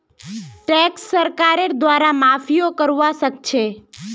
tax सरकारेर द्वारे माफियो करवा सख छ